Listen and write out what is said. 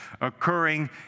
occurring